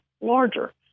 larger